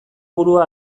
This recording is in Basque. burua